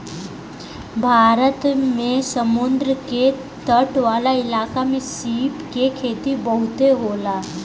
भारत में समुंद्र के तट वाला इलाका में सीप के खेती बहुते होला